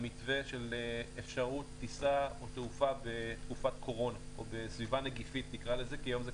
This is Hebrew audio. על מתווה של אפשרות טיסה או תעופה בתקופת הקורונה ובסביבה נגיפית בכלל.